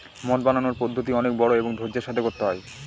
মদ বানানোর পদ্ধতি অনেক বড়ো এবং ধৈর্য্যের সাথে করতে হয়